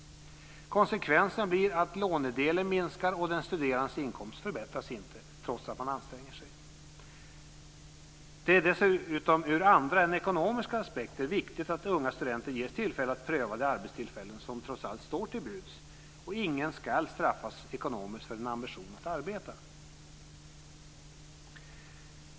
Konsekvensen blir att lånedelen minskar, och den studerandes inkomst förbättras inte, trots att man anstränger sig. Det är dessutom ur andra än ekonomiska aspekter viktigt att unga studenter ges tillfälle att pröva de arbetstillfällen som trots allt står till buds. Ingen ska straffas ekonomiskt för en ambition att arbeta.